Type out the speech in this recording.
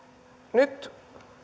nyt